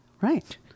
right